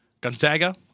Gonzaga